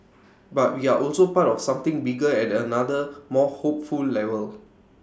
but we are also part of something bigger at another more hopeful level